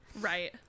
right